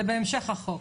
זה בהמשך החוק.